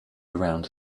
about